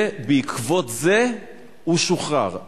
ובעקבות זה הוא שוחרר.